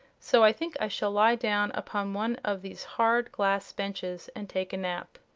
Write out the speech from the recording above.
so i think i shall lie down upon one of these hard glass benches and take a nap.